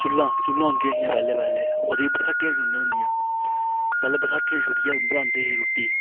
चुल्लां होंदी हियां पैहलें पैहले ंओहदे च बसाठियां छोड़नी होंदियां पैहलें बसाठी कन्नै बनांदे हे रुट्टी